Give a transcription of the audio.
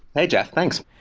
hey, jeff. thanks.